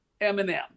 Eminem